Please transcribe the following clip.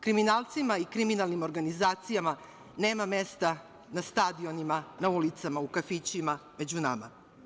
Kriminalcima i kriminalnim organizacijama nema mesta na stadionima, na ulicama, u kafićima, među nama.